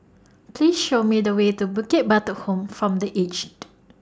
Please Show Me The Way to Bukit Batok Home from The Aged